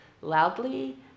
loudly